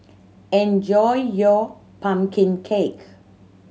enjoy your pumpkin cake